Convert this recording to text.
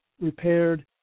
repaired